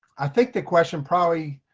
i think the question probably,